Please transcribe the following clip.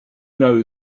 know